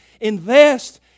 invest